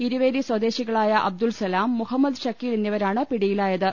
ഇരി വേരി സ്വദേശികളായ അബ്ദുൾസലാം മുഹമ്മദ് ഷക്കീൽ എന്നിവരാണ് പിടിയിലായത്